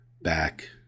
back